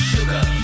Sugar